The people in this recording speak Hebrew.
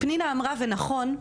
פנינה אמרה נכון,